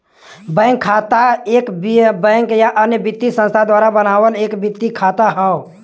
bank खाता एक bank या अन्य वित्तीय संस्थान द्वारा बनावल एक वित्तीय खाता हौ